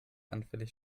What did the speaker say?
anfällig